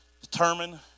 determine